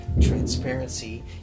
transparency